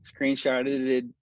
screenshotted